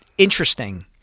Interesting